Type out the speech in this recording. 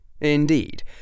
Indeed